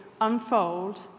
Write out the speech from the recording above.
unfold